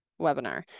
webinar